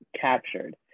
captured